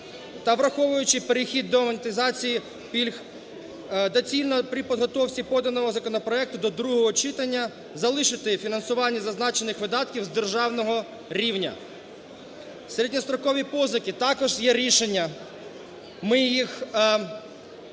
враховуючи перехід до монетизації пільг, доцільно при підготовці поданого законопроекту до другого читання залишити фінансування зазначених видатків з державного рівня. Середньострокові позики – також є рішення. Ми їх на суму